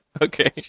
Okay